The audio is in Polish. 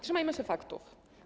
Trzymajmy się faktów.